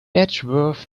edgeworth